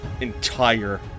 entire